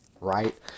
right